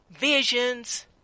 visions